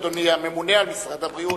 אדוני הממונה על משרד הבריאות,